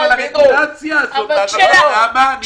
--- כן,